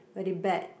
very bad